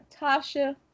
Tasha